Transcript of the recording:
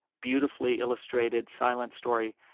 beautifully illustrated silent story,